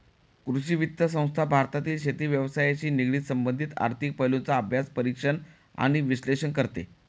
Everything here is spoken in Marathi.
कृषी वित्त संस्था भारतातील शेती व्यवसायाशी संबंधित आर्थिक पैलूंचा अभ्यास, परीक्षण आणि विश्लेषण करते